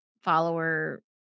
follower